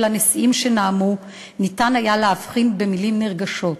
הנשיאים שנאמו ניתן היה להבחין במילים נרגשות: